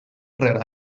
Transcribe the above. rere